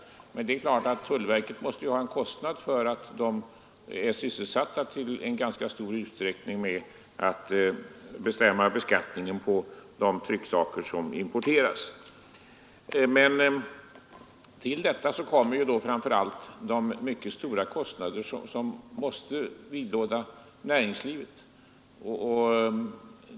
Men det är klart att tullverket måste ha kostnader för att de i ganska stor utsträckning är sysselsatta med att bestämma beskattningen på de trycksaker som importeras. Till detta kommer framför allt de mycket stora kostnader som måste vidlåda näringslivet.